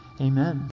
Amen